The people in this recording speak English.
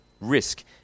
Risk